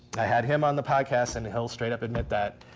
i had him on the podcast and he'll straight up admit that,